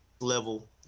level